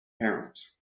parents